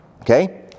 Okay